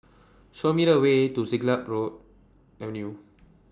Show Me The Way to Siglap Road Avenue